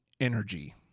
energy